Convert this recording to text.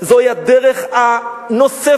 זוהי הדרך הנוספת,